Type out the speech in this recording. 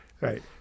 Right